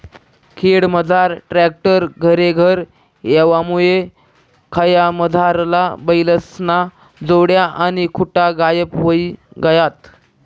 खेडामझार ट्रॅक्टर घरेघर येवामुये खयामझारला बैलेस्न्या जोड्या आणि खुटा गायब व्हयी गयात